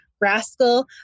rascal